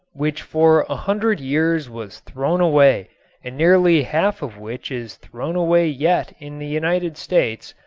which for a hundred years was thrown away and nearly half of which is thrown away yet in the united states,